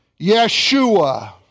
Yeshua